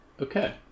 okay